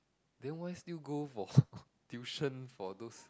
then why still go for tuition for those